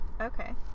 Okay